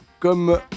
Comme